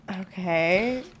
Okay